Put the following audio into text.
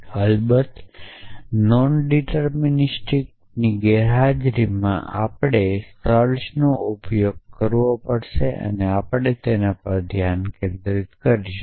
અલબત્ત non deterministic વગર આપણે સર્ચનો ઉપયોગ કરવો પડશે અને આપણે તેના પર ધ્યાન કેન્દ્રિત કરીશું